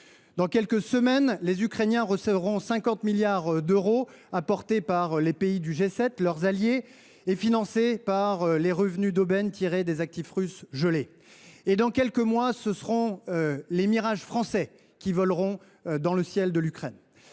Dans quelques semaines, les Ukrainiens recevront 50 milliards d’euros de la part des pays du G7, leurs alliés, financés par les revenus d’aubaine tirés des actifs russes gelés. Et dans quelques mois, ce seront les Mirage français qui voleront dans le ciel de l’Ukraine.